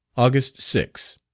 august six.